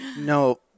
no